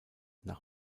nach